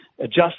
adjust